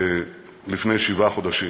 לפני שבעה חודשים,